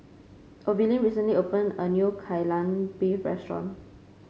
Olivine recently opened a new Kai Lan Beef restaurant